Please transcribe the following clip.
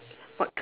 what